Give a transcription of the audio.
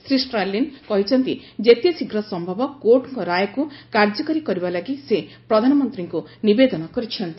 ଶ୍ରୀ ଷ୍ଟ୍ରାଲିନ୍ କହିଛନ୍ତି ଯେତେଶୀଘ୍ର ସମ୍ଭବ କୋର୍ଟଙ୍କ ରାୟକୁ କାର୍ଯ୍ୟକାରୀ କରିବା ଲାଗି ସେ ପ୍ରଧାନମନ୍ତ୍ରୀଙ୍କୁ ନିବେଦନ କରିଚ୍ଛନ୍ତି